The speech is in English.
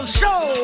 show